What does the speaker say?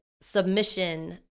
submission